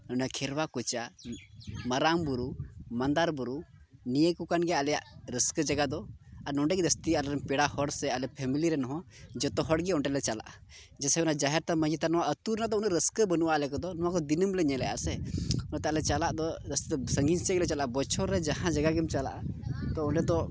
ᱠᱷᱮᱨᱣᱟᱠᱚᱪᱟ ᱢᱟᱨᱟᱝ ᱵᱩᱨᱩ ᱢᱟᱫᱟᱨ ᱵᱩᱨᱩ ᱱᱤᱭᱟᱹ ᱠᱚ ᱠᱟᱱ ᱜᱮᱭᱟ ᱟᱞᱮᱭᱟᱜ ᱨᱟᱹᱥᱠᱟᱹ ᱡᱟᱭᱜᱟ ᱫᱚ ᱟᱨ ᱱᱚᱰᱮᱜᱮ ᱡᱟᱹᱥᱛᱤ ᱟᱨ ᱯᱮᱲᱟ ᱦᱚᱲ ᱥᱮ ᱟᱞᱮ ᱯᱷᱮᱢᱮᱞᱤ ᱨᱮᱱ ᱦᱚᱸ ᱡᱚᱛᱚ ᱦᱚᱲᱜᱮ ᱚᱸᱰᱮᱞᱮ ᱪᱟᱞᱟᱜᱼᱟ ᱡᱮᱭᱥᱮ ᱱᱚᱣᱟ ᱡᱟᱦᱮᱨ ᱛᱷᱟᱱ ᱢᱟᱹᱡᱷᱤ ᱛᱷᱟᱱ ᱦᱚᱸ ᱟᱛᱳ ᱨᱮᱱᱟᱜ ᱫᱚ ᱩᱱᱟᱹᱜ ᱨᱟᱹᱥᱠᱟᱹ ᱵᱟᱹᱱᱩᱜᱼᱟ ᱟᱞᱮ ᱠᱚᱫᱚ ᱫᱤᱱᱟᱹᱢ ᱞᱮ ᱧᱮᱞᱮᱫᱼᱟ ᱥᱮ ᱚᱱᱟᱛᱮ ᱪᱟᱞᱟᱜ ᱫᱚ ᱚᱠᱛᱚ ᱥᱟᱺᱜᱤᱧ ᱥᱮᱫ ᱜᱮᱞᱮ ᱪᱟᱞᱟᱜᱼᱟ ᱵᱚᱪᱷᱚᱨ ᱨᱮ ᱡᱟᱦᱟᱸ ᱡᱟᱭᱜᱟ ᱜᱮᱢ ᱪᱟᱞᱟᱜᱼᱟ ᱛᱚ ᱚᱸᱰᱮ ᱫᱚ